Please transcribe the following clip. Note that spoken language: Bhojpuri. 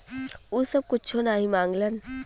उ सब कुच्छो नाही माँगलन